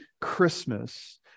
Christmas